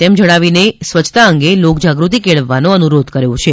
તેમ જણાવીને સ્વચ્છતા અંગે લોકજાગૃતિ કેળવવાનો અનુરોધ કર્યો છે